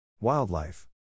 Wildlife